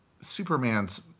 Superman's